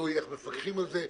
תלוי איך מפקחים על זה,